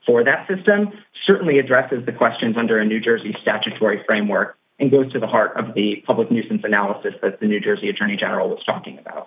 for that system certainly addresses the questions under a new jersey statutory framework and goes to the heart of the public nuisance analysis of the new jersey attorney general that's talking about